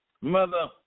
mother